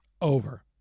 Over